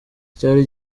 icyari